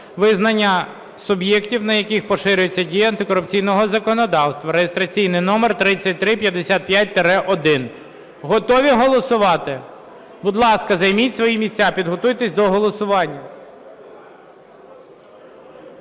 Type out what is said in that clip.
визнання суб'єктів, на яких поширюється дія антикорупційного законодавства (реєстраційний номер 3355-1). Готові голосувати? Будь ласка, займіть свої місця, підготуйтесь до голосування.